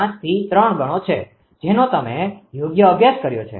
5 થી 3 ગણો છે જેનો તમે યોગ્ય અભ્યાસ કર્યો છે